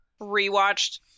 rewatched